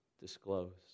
disclosed